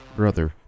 brother